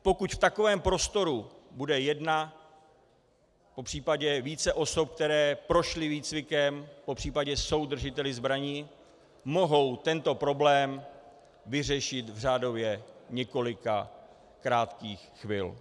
Pokud v takovém prostoru bude jedna, popřípadě více osob, které prošly výcvikem, popřípadě jsou držiteli zbraní, mohou tento problém vyřešit řádově během několika krátkých chvil.